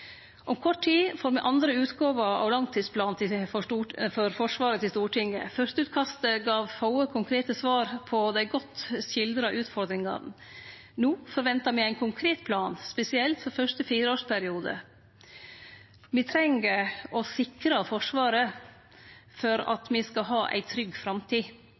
Om kort tid får me til Stortinget andre utgåva av langtidsplanen for Forsvaret. Fyrsteutkastet gav få konkrete svar på dei godt skildra utfordringane. No forventar me ein konkret plan, spesielt for fyrste fireårsperiode. Me treng å sikre Forsvaret for å ha ei trygg framtid.